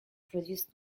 produced